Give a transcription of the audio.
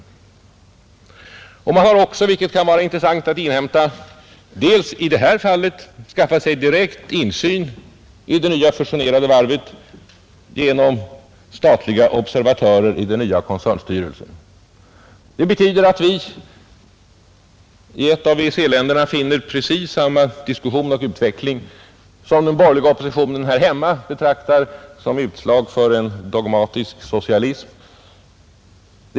Man har också — vilket kan vara intressant att inhämta — skaffat sig direkt insyn i det fusionerade varvet genom statliga observatörer i den nya koncernstyrelsen. Det betyder att vi i ett av EEC-länderna finner precis samma diskussion och utveckling som den borgerliga oppositionen här hemma betraktar som utslag av en dogmatisk socialism.